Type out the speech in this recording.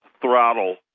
throttle